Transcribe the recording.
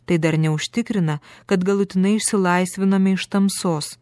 tai dar neužtikrina kad galutinai išsilaisviname iš tamsos